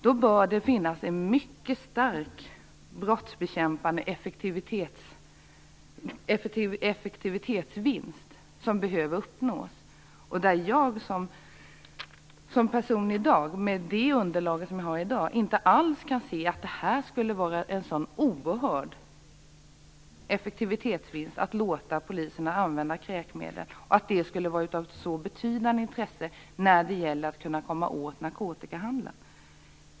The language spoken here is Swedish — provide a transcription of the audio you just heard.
Därför bör det finnas en mycket starkt brottsbekämpande effektivitetsvinst att uppnå. Jag som person kan med det underlag som finns i dag inte alls se att det skulle vara en sådan oerhörd effektivitetsvinst att låta polisen använda kräkmedel. Jag kan inte se att det skulle vara av så betydande intresse när det gäller att kunna komma åt narkotikahandeln.